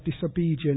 disobedience